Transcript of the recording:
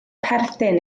perthyn